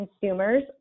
consumers